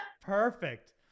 perfect